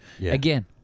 Again